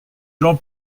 jean